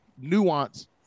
nuance